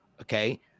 Okay